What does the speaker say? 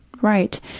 right